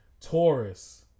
Taurus